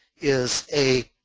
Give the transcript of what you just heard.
is a